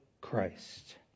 Christ